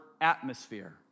atmosphere